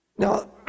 Now